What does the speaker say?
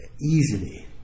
easily